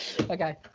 Okay